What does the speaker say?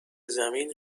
زمین